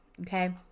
Okay